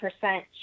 Percent